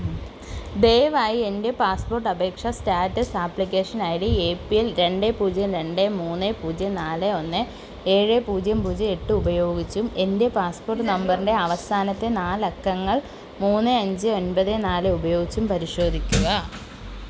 ദയവായി എൻ്റെ പാസ്പോർട്ട് അപേക്ഷാ status application I D A P L രണ്ടേ പൂജ്യം രണ്ട് മൂന്ന് പൂജ്യം നാല് ഒന്ന് ഏഴ് പൂജ്യം പൂജ്യം എട്ട് ഉപയോഗിച്ചും എൻ്റെ പാസ്പോർട്ട് നമ്പറിൻ്റെ അവസാനത്തെ നാല് അക്കങ്ങൾ മൂന്ന് അഞ്ച് ഒമ്പത് നാല് ഉപയോഗിച്ചും പരിശോധിക്കുക